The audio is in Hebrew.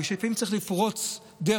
בגלל שלפעמים צריך לפרוץ דרך,